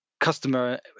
customer